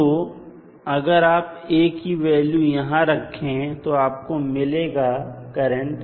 तो अगर आप A की वैल्यू यहां रखें तो आपको मिलेगा करंट